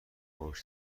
باهوش